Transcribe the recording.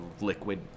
liquid